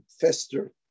fester